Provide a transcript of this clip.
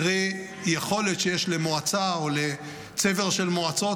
קרי יכולת שיש למועצה או לצבר של מועצות